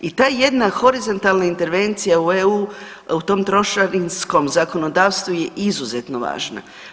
I ta jedna horizontalna intervencija u EU u tom trošarinskom zakonodavstvu je izuzetno važna.